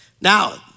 Now